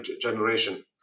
generation